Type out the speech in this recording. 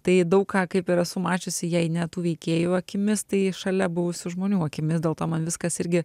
tai daug ką kaip ir esu mačiusi jei ne tų veikėjų akimis tai šalia buvusių žmonių akimis dėl to man viskas irgi